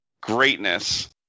greatness